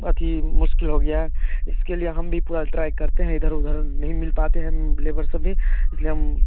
अति मुश्किल हो गया है इसके लिए हम भी पूरा ट्राय करते हैं इधर उधर नहीं मिल पाते हैं लेबर सभी इस लिए हम